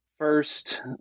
First